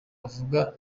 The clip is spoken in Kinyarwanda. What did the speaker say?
avuga